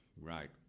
Right